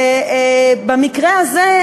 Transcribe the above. במקרה הזה,